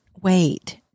wait